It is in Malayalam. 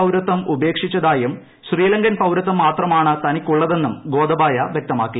പൌരത്വം ഉപേക്ഷിച്ചതായും ശ്രീലങ്കൻ പൌരത്വം മാത്രമാണ് തനിക്കുള്ളതെന്നും ഗോതബായ വ്യക്തമാക്കി